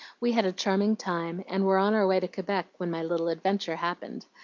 we had a charming time, and were on our way to quebec when my little adventure happened.